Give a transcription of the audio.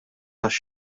tax